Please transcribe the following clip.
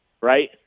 Right